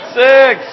six